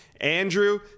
Andrew